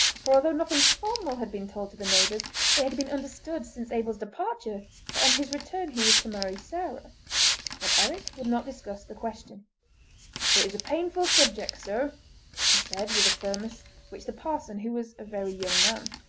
for although nothing formal had been told to the neighbours, it had been understood since abel's departure that on his return he was to marry sarah but eric would not discuss the question. it is a painful subject, sir he said with a firmness which the parson, who was a very young man,